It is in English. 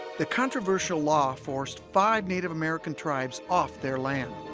the controversial law forced five native american tribes off their land